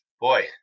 boy